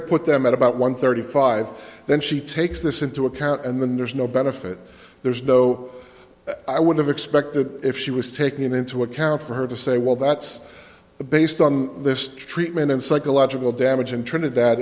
to put them at about one thirty five then she takes this into account and then there's no benefit there's no i would have expected if she was taken into account for her to say well that's based on this treatment and psychological damage in trinidad